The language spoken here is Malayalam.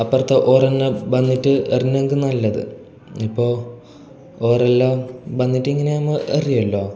അപ്പുറത്തെ ഓരന്നെ വന്നിട്ട് എറിഞ്ഞെങ്കിൽ നല്ലത് ഇപ്പോൾ വേറെയെല്ലാം വന്നിട്ടിങ്ങനെ നമ്മൾ എറിയുമല്ലൊ